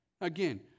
Again